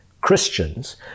Christians